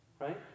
Right